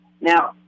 Now